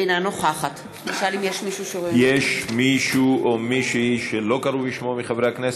אינה נוכחת יש מישהו או מישהי שלא קראו בשמו מחברי הכנסת?